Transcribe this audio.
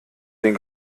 den